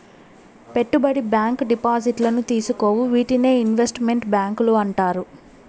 పెట్టుబడి బ్యాంకు డిపాజిట్లను తీసుకోవు వీటినే ఇన్వెస్ట్ మెంట్ బ్యాంకులు అంటారు